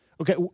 Okay